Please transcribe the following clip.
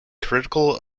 critical